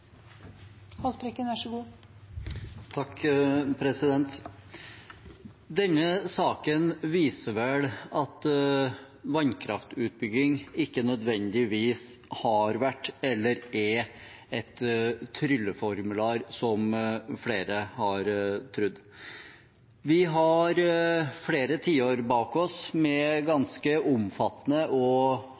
Denne saken viser vel at vannkraftutbygging ikke nødvendigvis har vært eller er et trylleformular, som flere har trodd. Vi har flere tiår bak oss med ganske omfattende og